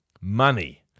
money